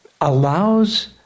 allows